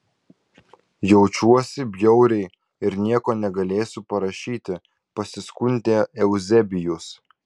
jaučiuosi bjauriai ir nieko negalėsiu parašyti pasiskundė euzebijus